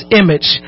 image